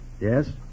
Yes